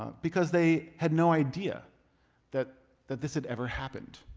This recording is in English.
because they had no idea that that this had ever happened.